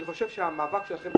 אני חושב שהמאבק שלכם,